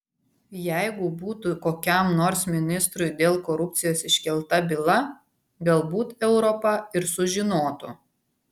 jeigu būtų kokiam nors ministrui dėl korupcijos iškelta byla galbūt europa ir sužinotų